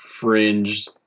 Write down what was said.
fringe